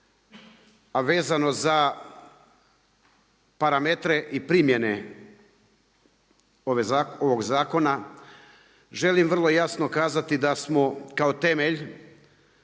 a vezano za parametre i primjene ovog zakona. Želim vrlo jasno kazati da smo kao temelj